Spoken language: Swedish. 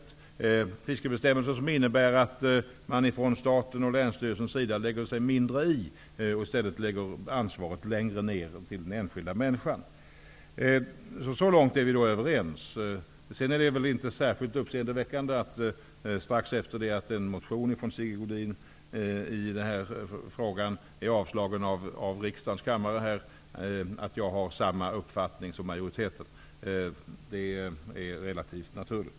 Det är fiskebestämmelser som innebär att staten och länstyrelserna lägger sig i mindre och i stället lägger ansvaret längre ner hos den enskilda människan. Så långt är vi överens. Sedan är det väl inte särskilt uppseendeväckande att jag har samma uppfattning som majoriteten strax efter det att en motion från Sigge Godin i den här frågan avslagits av riksdagens kammare. Det är relativt naturligt.